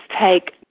take